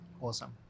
Awesome